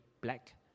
black